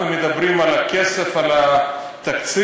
אנחנו מדברים על הכסף, על התקציב.